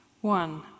One